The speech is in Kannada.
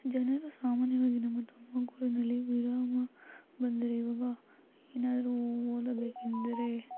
ಜನರು ಸಾಮಾನ್ಯವಾಗಿ ನಮ್ಮ ತುಮಕೂರಿನಲ್ಲಿ ವಿರಾಮ ಬಂದರೆ ಈವಾಗ ಏನಾದರೂ ಓದಬೇಕೆಂದರೆ